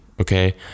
okay